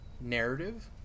Narrative